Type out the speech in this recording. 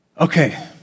Okay